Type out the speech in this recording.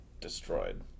destroyed